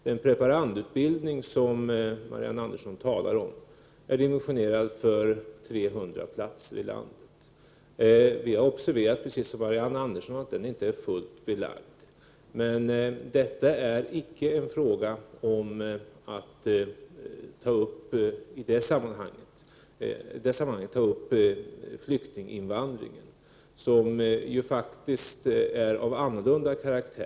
Den preparandutbildning Marianne Andersson talar om är dimensionerad för 300 platser i landet. Vi har precis som Marianne Andersson observerat att den inte är fullt belagd. Men detta är icke en fråga om att i det sammanhanget ta upp flyktinginvandringen, som faktiskt är av annorlunda karaktär.